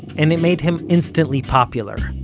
and it made him instantly popular.